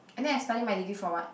and then I study my degree for what